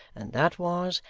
and that was,